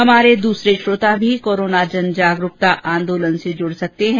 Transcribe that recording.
हमारे और श्रोता भी कोरोना जनजागरुकता आंदोलन से जुड सकते हैं